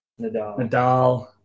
Nadal